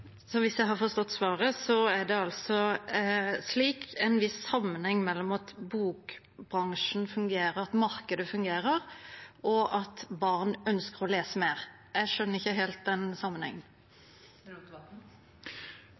Så, hvis jeg har forstått svaret, er det altså en viss sammenheng mellom at bokbransjen og markedet fungerer, og at barn ønsker å lese mer. Jeg skjønner ikke helt den